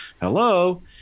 Hello